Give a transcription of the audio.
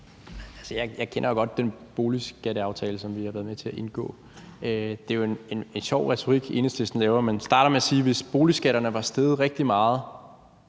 Jeg kender jo godt den boligskatteaftale, som vi har været med til at indgå. Det er jo en sjov retorik, Enhedslisten har, for man starter med at sige: Hvis boligskatterne var steget rigtig meget.